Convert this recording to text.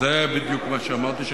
זה בדיוק מה שאמרתי,